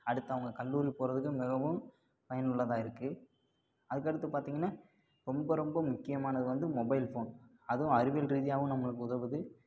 அடுத்து அவங்க கல்லூரி போறதுக்கு மிகவும் பயனுள்ளதாக இருக்குது அதுக்கடுத்து பார்த்தீங்கன்னா ரொம்ப ரொம்ப முக்கியமானது வந்து மொபைல் ஃபோன் அதுவும் அறிவியல் ரீதியாகவும் நம்மளுக்கு உதவுது